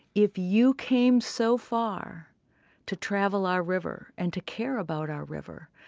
if you came so far to travel our river, and to care about our river,